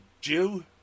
Jew